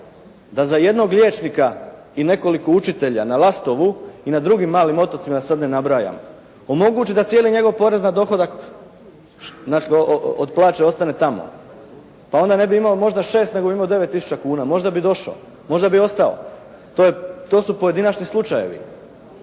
da za jednog liječnika i nekoliko učitelja na Lastovu i na drugim malim otocima sada da ne nabrajam, omogući da cijeli njegov porez na dohodak od plaće ostane tamo, pa onda ne bi imao možda 6 nego bi imao 9 tisuća kuna. Možda bi došao. Možda bi ostao. To su pojedinačni slučajevi.